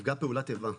נפגע פעולת איבה.